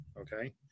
Okay